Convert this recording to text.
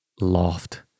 loft